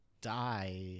die